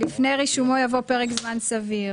לפני "רישומו" יבוא "פרק זמן סביר".